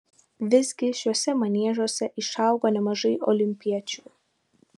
visgi šiuose maniežuose išaugo nemažai olimpiečių